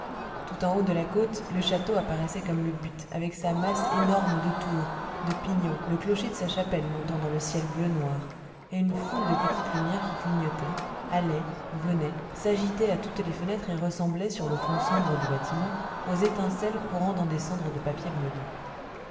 tout en haut de la côte le château apparaissait comme le but avec sa masse énorme de tours de pignons le clocher de sa chapelle montant dans le ciel bleu noir et une foule de petites lumières qui clignotaient allaient venaient s'agitaient à toutes les fenêtres et ressemblaient sur le fond sombre du bâtiment aux étincelles courant dans des cendres de papier brûlé